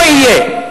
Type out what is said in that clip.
לא יהיה.